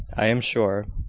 i am sure.